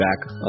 back